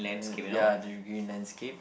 ya the green landscape